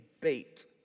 bait